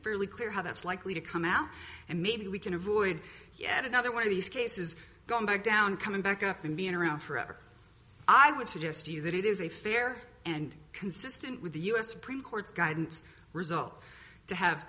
fairly clear how that's likely to come out and maybe we can avoid yet another one of these cases going back down coming back up and being around forever i would suggest to you that it is a fair and consistent with the u s supreme court's guidance result to have